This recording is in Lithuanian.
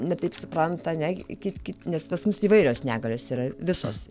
ne taip supranta ane kit kit nes pas mus įvairios negalios yra visos